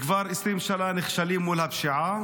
כבר 20 שנה הם נכשלים מול הפשיעה,